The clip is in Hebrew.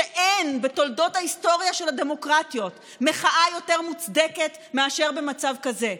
ואין בתולדות ההיסטוריה של הדמוקרטיות מחאה יותר מוצדקת מאשר במצב כזה,